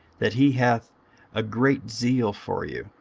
that he hath a great zeal for you,